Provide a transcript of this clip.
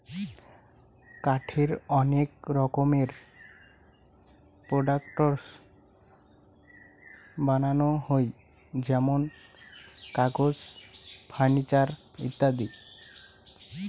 কাঠের অনেক রকমের প্রোডাক্টস বানানো হই যেমন কাগজ, ফার্নিচার ইত্যাদি